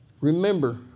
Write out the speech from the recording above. Remember